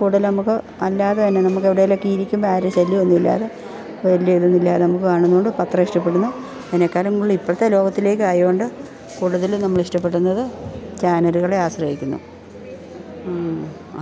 കൂടുതൽ നമുക്ക് അല്ലാതെ തന്നെ നമുക്ക് എവിടെയേലും ഒക്കെ ഇരിക്കുമ്പോൾ ആരുടെയും ശല്യമൊന്നും ഇല്ലാതെ വലിയ ഇതൊന്നുമില്ലാതെ നമുക്ക് കാണുന്നത് കൊണ്ട് പത്രം ഇഷ്ടപ്പെടുന്നു അതിനേക്കാളും കൂടുതൽ ഇപ്പോഴത്തെ ലോകത്തിലേക്കായത് കൊണ്ട് കൂടുതലും നമ്മൾ ഇഷ്ടപ്പെടുന്നത് ചാനലുകളെ ആശ്രയിക്കുന്നു